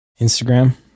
Instagram